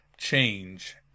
change